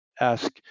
ask